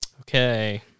Okay